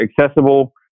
accessible